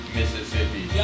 Mississippi